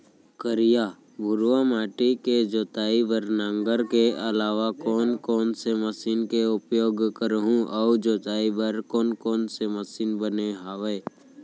करिया, भुरवा माटी के जोताई बर नांगर के अलावा कोन कोन से मशीन के उपयोग करहुं अऊ जोताई बर कोन कोन से मशीन बने हावे?